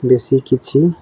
ବେଶୀ କିଛି